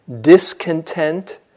discontent